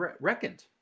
reckoned